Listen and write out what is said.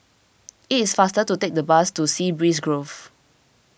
it is faster to take the bus to Sea Breeze Grove